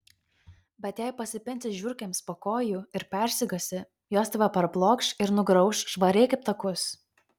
bet jei pasipinsi žiurkėms po kojų ir persigąsi jos tave parblokš ir nugrauš švariai kaip takus